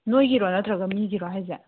ꯅꯣꯏꯒꯤꯔꯣ ꯅꯠꯇ꯭ꯔꯒ ꯃꯤꯒꯤꯔꯣ ꯍꯥꯏꯁꯦ